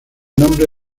nombre